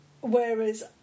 Whereas